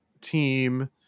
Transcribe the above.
team